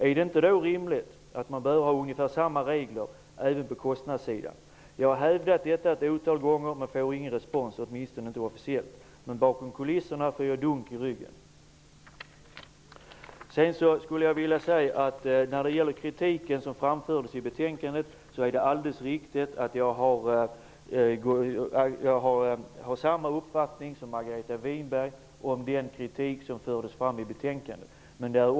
Är det då inte rimligt att ha ungefär samma regler även på kostnadssidan? Jag har hävdat detta ett otal gånger, men får inte respons -- åtminstone inte officiellt. Men bakom kulisserna blir jag dunkad i ryggen. Vidare var det den kritik som framförts i betänkandet. Det är alldeles riktigt att jag har samma uppfattning som Margareta Winberg om den kritik som förts fram i betänkandet.